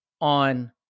on